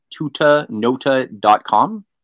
tutanota.com